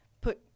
put